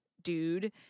dude